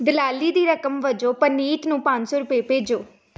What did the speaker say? ਦਲਾਲੀ ਦੀ ਰਕਮ ਵਜੋਂ ਪ੍ਰਨੀਤ ਨੂੰ ਪੰਜ ਸੌ ਰੁਪਏ ਭੇਜੋ